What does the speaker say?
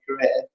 career